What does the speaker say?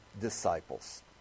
disciples